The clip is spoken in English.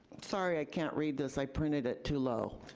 sorry, i can't read this i printed it too low.